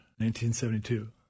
1972